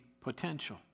potential